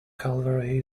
calvary